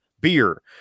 Beer